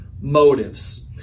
motives